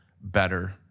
better